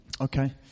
Okay